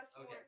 Okay